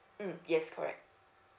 mmhmm yes correct